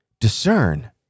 Discern